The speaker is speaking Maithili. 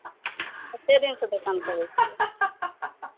कतेक दिनसँ दोकान करै छियै